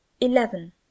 eleven